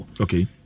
Okay